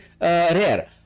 rare